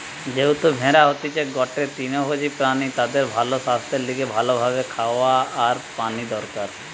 যেহেতু ভেড়া হতিছে গটে তৃণভোজী প্রাণী তাদের ভালো সাস্থের লিগে ভালো ভাবে খাওয়া আর পানি দরকার